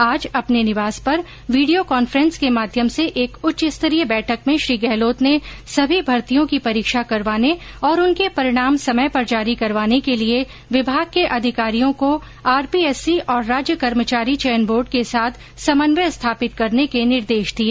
आज अपने निवास पर वीडियो कॉन्फ्रेंस के माध्यम से एक उच्च स्तरीय बैठक में श्री गहलोत ने सभी भर्तियों की परीक्षा करवाने और उनके परिणाम समय पर जारी करवाने के लिए विभाग के अधिकारियों को आरपीएससी और राज्य कर्मचारी चयन बोर्ड के साथ समन्वय स्थापित करने के निर्देश दिए